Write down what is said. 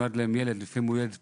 נולד ילד והוא לפעמים פג,